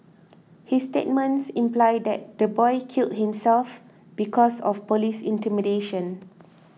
his statements imply that the boy killed himself because of police intimidation